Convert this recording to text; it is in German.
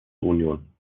union